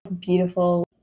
beautiful